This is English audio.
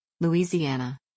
Louisiana